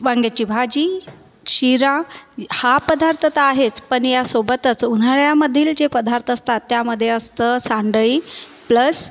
वांग्याची भाजी शिरा हा पदार्थ तर आहेच पण यासोबतच उन्हाळ्यामधील जे पदार्थ असतात त्यामध्ये असतं सांडळी प्लस